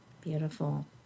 Beautiful